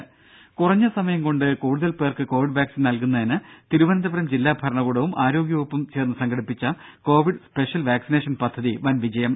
രും കുറഞ്ഞ സമയംകൊണ്ടു കൂടുതൽ പേർക്കു കോവിഡ് വാക്സിൻ നൽകുന്നതിനു തിരുവനന്തപുരം ജില്ലാ ഭരണകൂടവും ആരോഗ്യ വകുപ്പും ചേർന്ന് സംഘടിപ്പിച്ച കോവിഡ് സ്പെഷ്യൽ വാക്സിനേഷൻ പദ്ധതി വൻ വിജയം